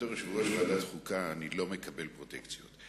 בתור יושב-ראש ועדת חוקה אני לא מקבל פרוטקציות.